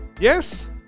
Yes